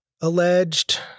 alleged